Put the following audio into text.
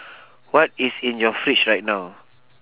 what is in your fridge right now